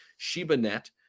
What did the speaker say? ShibaNet